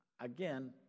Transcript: again